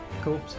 Cool